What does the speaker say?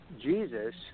Jesus